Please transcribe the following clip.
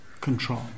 control